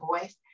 voice